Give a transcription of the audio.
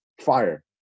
fire